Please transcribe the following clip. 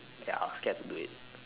ya I was scared to do it